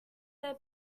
their